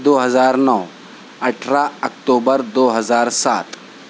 دو ہزار نو اٹھارہ اکتبو دو ہزار سات